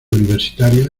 universitaria